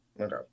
Okay